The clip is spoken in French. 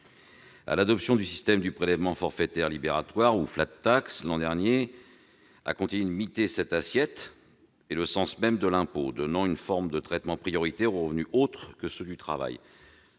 l'an dernier, du système du prélèvement forfaitaire libératoire, ou, a continué de miter cette assiette et le sens même de l'impôt, donnant une forme de traitement prioritaire aux revenus autres que ceux du travail.